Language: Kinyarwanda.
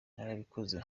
narabikoze